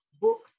book